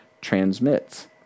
transmits